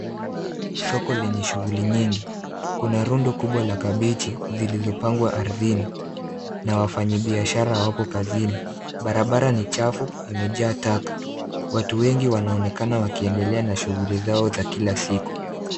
Soko lenye shughuli nyingi. Kuna rundo kubwa la kabeji zilizopangwa ardhini na wafanyibiashara wako kazini. Barabara ni chafu imejaa taka. Watu wengi wanaonekana wakiendelea na shughuli zao za kila siku.